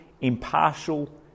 impartial